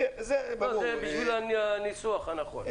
זה נכון.